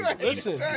listen